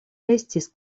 estis